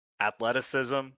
athleticism